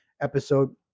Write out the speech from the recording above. episode